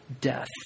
death